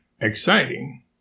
exciting